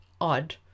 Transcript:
odd